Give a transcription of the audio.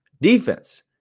defense